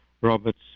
Robert's